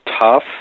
tough